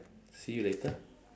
see you later